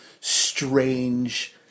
strange